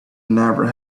never